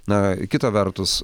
na kita vertus